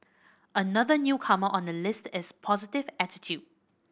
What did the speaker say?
another newcomer on the list is positive attitude